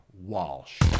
Walsh